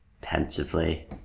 pensively